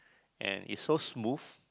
and it's so smooth